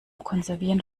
konservieren